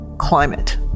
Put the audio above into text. Climate